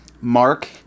Mark